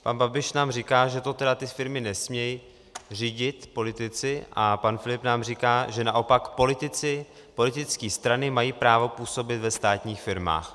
Pan Babiš nám říká, že tedy firmy nesmějí řídit politici, a pak Filip nám říká, že naopak politické strany mají právo působit ve státních firmách.